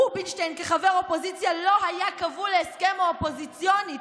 רובינשטיין כחבר אופוזיציה לא היה כבול להסכם האופוזיציוני.